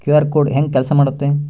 QR code ಹೆಂಗ ಕೆಲಸ ಮಾಡುತ್ತೆ?